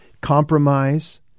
compromise